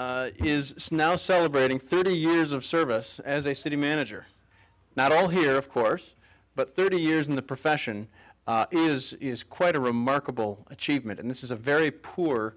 now celebrating thirty years of service as a city manager not all here of course but thirty years in the profession is is quite a remarkable achievement and this is a very poor